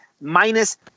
minus